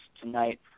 tonight